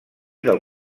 del